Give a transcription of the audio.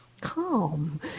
calm